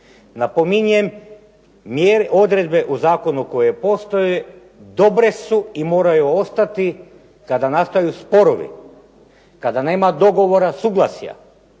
Napominjem odredbe u zakonu koje postoje dobre su i moraju ostati kada nastaju sporovi. Kada nema dogovora suglasja.